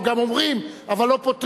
או גם אומרים, אבל לא פותרים.